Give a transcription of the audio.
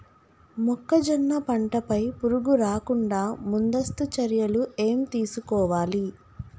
మొక్కజొన్న పంట పై పురుగు రాకుండా ముందస్తు చర్యలు ఏం తీసుకోవాలి?